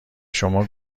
شما